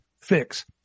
fix